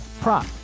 prop